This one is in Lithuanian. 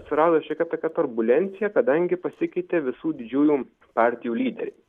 atsirado šiokia tokia turbulencija kadangi pasikeitė visų didžiųjų partijų lyderiai